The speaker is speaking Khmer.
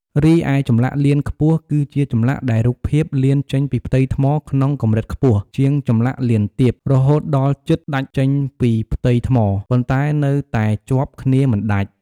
រីឯចម្លាក់លៀនខ្ពស់ គឺជាចម្លាក់ដែលរូបភាពលៀនចេញពីផ្ទៃថ្មក្នុងកម្រិតខ្ពស់ជាងចម្លាក់លៀនទាប រហូតដល់ជិតដាច់ចេញពីផ្ទៃថ្ម ប៉ុន្តែនៅតែជាប់គ្នាមិនដាច់។